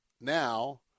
now